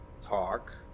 talk